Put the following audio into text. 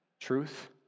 truth